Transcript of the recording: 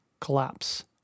collapse